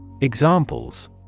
Examples